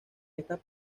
estas